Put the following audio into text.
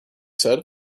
said